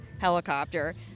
helicopter